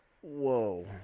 whoa